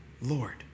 Lord